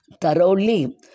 thoroughly